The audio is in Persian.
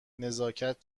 نزاکت